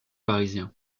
parisien